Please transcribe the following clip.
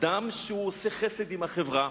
אדם שעושה חסד עם החברה,